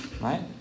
right